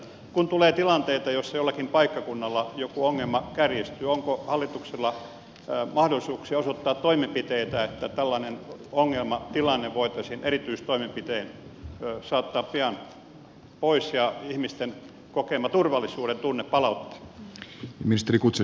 kun tulee tilanteita jossa jollakin paikkakunnalla joku ongelma kärjistyy onko hallituksella mahdollisuuksia osoittaa toimenpiteitä että tällainen ongelmatilanne voitaisiin erityistoimenpitein saattaa pian pois ja ihmisten kokema turvallisuuden tunne palauttaa